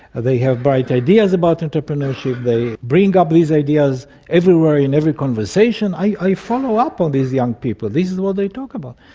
they have bright ideas about entrepreneurship, they bring up these ideas everywhere in every conversation. i follow up on these young people, this is what they talk about.